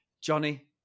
Johnny